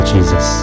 Jesus